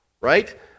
right